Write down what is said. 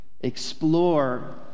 explore